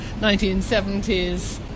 1970s